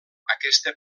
aquesta